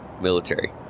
military